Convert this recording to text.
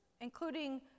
including